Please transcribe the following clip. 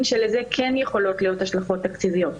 שלזה כן יכולות להיות השלכות תקציביות.